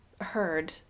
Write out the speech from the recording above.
heard